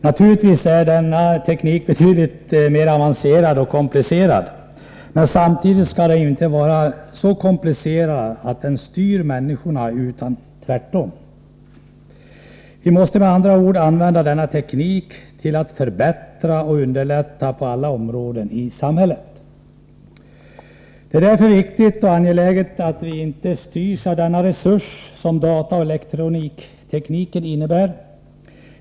Naturligtvis är denna teknik betydligt mer avancerad och komplicerad, men samtidigt skall den inte vara så komplicerad att den styr människorna, utan det bör vara tvärtom. Vi måste med andra ord använda denna teknik till att förbättra och underlätta på alla områden i samhället. Det är därför angeläget att vi inte styrs av den resurs som dataoch elektroniktekniken innebär.